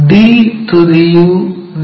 D ತುದಿಯು V